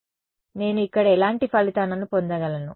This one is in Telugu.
కాబట్టి నేను ఇక్కడ ఎలాంటి ఫలితాలను పొందగలను